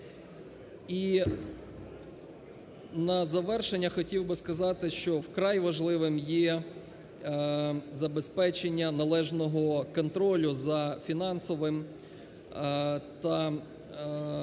І на завершення хотів би сказати, що вкрай важливим є забезпечення належного контролю за фінансовим використанням